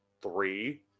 Three